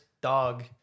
dog